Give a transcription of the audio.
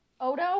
Odo